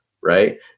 Right